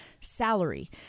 salary